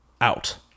Out